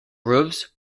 roofs